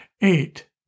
Eight